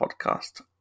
Podcast